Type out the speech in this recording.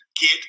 get